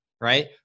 right